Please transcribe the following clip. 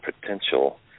potential